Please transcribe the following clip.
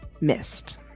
missed